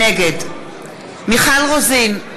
נגד מיכל רוזין,